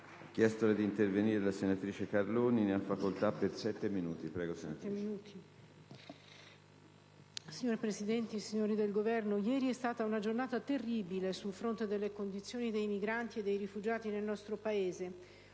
Signor Presidente, signori del Governo, quella di ieri è stata una giornata terribile sul fronte delle condizioni dei migranti e dei rifugiati nel nostro Paese;